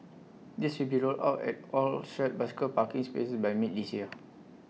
these will be rolled out at all shared bicycle parking spaces by mid this year